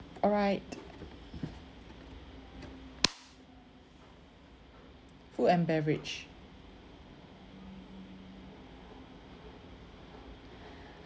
alright food and beverage